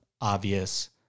obvious